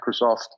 Microsoft